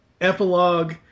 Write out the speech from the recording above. Epilogue